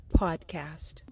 podcast